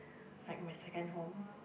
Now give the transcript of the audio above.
like my second home